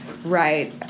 Right